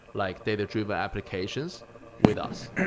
like data-driven applications with us.